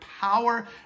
power